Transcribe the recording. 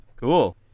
Cool